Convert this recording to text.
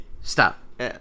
Stop